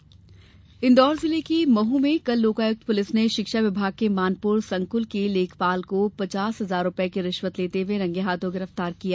लोकायुक्त कार्यवाही इन्दौर जिले के महू में कल लोकायुक्त पुलिस ने शिक्षा विभाग के मानपुर संक्ल के लेखापाल को पचास हजार रुपये की रिश्वत लेते हुए रंगे हाथो गिरफ्तार कर लिया